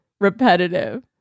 repetitive